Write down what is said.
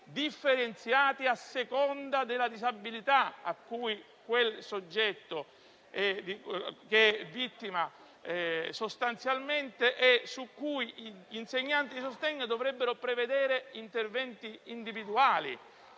differenziati a seconda della disabilità di cui quel soggetto è vittima e sulle quali, sostanzialmente, gli insegnanti di sostegno dovrebbero prevedere interventi individuali